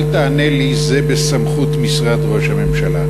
אל תענה לי "זה בסמכות משרד ראש הממשלה"